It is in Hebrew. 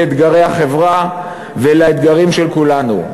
לאתגרי החברה ולאתגרים של כולנו.